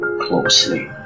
closely